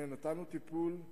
נתנו טיפול,